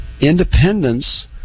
Independence